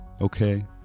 okay